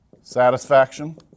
Satisfaction